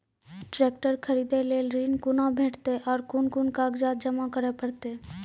Tractor खरीदै लेल ऋण कुना भेंटते और कुन कुन कागजात जमा करै परतै?